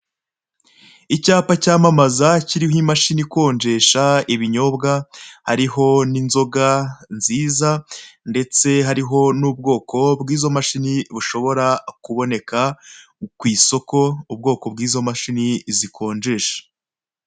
Icyapa cyamamaza kiriho imashini ikonjesha ibinyobwa hariho n'inzoga nziza, ndetse hariho n'ubwoko bw'izo mashini bushobora kuboneka ku isoko ubwoko bw'zo mashini zikonjesha.